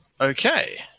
Okay